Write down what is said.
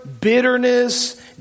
bitterness